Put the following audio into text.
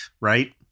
right